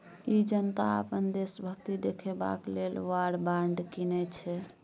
जनता अपन देशभक्ति देखेबाक लेल वॉर बॉड कीनय छै